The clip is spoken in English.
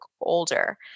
older